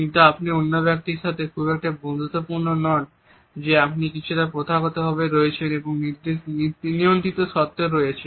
কিন্তু আপনি অন্য ব্যক্তির সাথে খুব একটা বন্ধুত্বপূর্ণ নন যে আপনি কিছুটা প্রথাগতভাবে রয়েছেন এবং নিয়ন্ত্রিত শর্তে আছেন